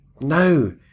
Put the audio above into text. no